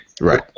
Right